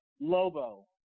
Lobo